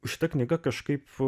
šita knyga kažkaip